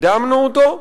קידמנו אותו,